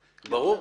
ברור.